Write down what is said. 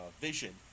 Vision